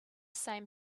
same